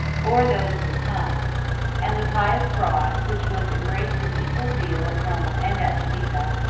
or those of the times and the pious fraud, which was embraced with equal zeal at rome and at geneva,